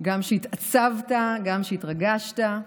גם כשהתעצבת, גם כשהתרגשת.